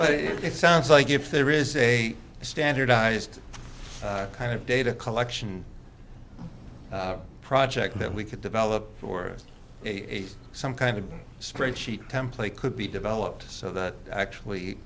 but it sounds like if there is a standardized kind of data collection project that we could develop for a some kind of spreadsheet template could be developed so that actually